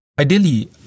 Ideally